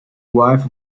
wife